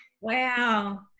wow